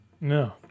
No